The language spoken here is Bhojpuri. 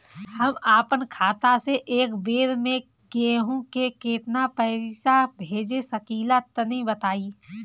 हम आपन खाता से एक बेर मे केंहू के केतना पईसा भेज सकिला तनि बताईं?